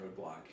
roadblock